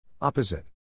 Opposite